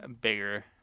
Bigger